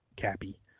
Cappy